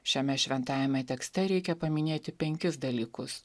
šiame šventajame tekste reikia paminėti penkis dalykus